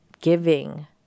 giving